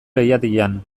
leihatilan